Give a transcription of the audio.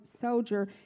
soldier